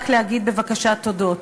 רק להגיד, בבקשה, תודות.